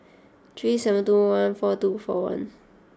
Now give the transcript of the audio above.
three seven two one four two four one